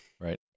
Right